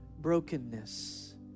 brokenness